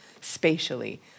spatially